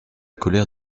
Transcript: colère